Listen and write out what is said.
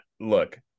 look